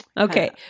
Okay